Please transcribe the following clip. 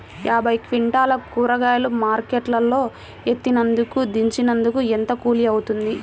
యాభై క్వింటాలు కూరగాయలు మార్కెట్ లో ఎత్తినందుకు, దించినందుకు ఏంత కూలి అవుతుంది?